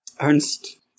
Ernst